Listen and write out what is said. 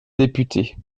député